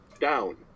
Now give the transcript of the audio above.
down